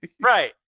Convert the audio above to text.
Right